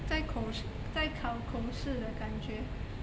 在口试在考口试的感觉